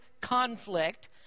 conflict